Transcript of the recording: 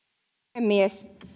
puhemies